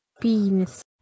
penis